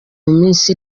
minsi